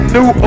New